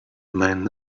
man